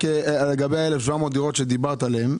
לגבי ה-1,700 דירות שדיברת עליהן.